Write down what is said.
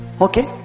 okay